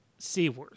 Seaworth